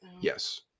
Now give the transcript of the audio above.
yes